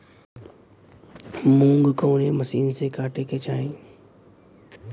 मूंग कवने मसीन से कांटेके चाही?